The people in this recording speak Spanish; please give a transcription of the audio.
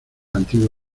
antiguo